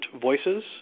voices